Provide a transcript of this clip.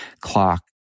clock